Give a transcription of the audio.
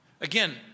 Again